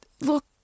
Look